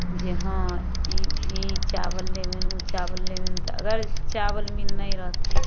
जे हँ ई ई चावल लेबनि ओ चावल लेबनि तऽ अगर चावल मिल नहि रहतै